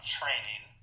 training